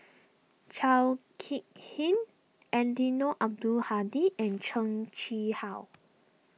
Chao Hick Tin Eddino Abdul Hadi and Heng Chee How